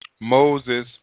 Moses